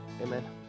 Amen